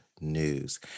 news